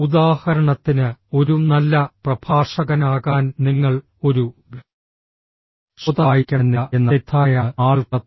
ഉദാഹരണത്തിന് ഒരു നല്ല പ്രഭാഷകനാകാൻ നിങ്ങൾ ഒരു ശ്രോതാവായിരിക്കണമെന്നില്ല എന്ന തെറ്റിദ്ധാരണയാണ് ആളുകൾക്കുള്ളത്